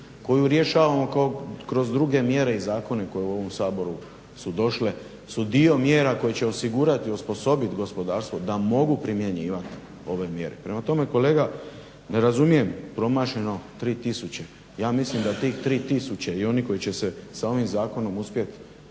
koju rješavamo kroz druge mjere i zakone koje u ovom Saboru su došle su dio mjera koje će osigurat, osposobit gospodarstvo da mogu primjenjivat ove mjere. Prema tome kolega ne razumijem promašeno 3000, ja mislim da tih 3000 i oni koji će se sa ovim zakonom uspjet